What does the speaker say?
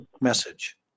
message